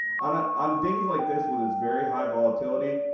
on ah on days like this with this very high volatility,